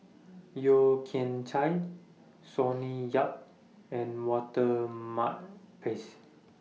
Yeo Kian Chai Sonny Yap and Walter Makepeace